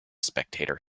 spectator